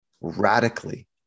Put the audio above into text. radically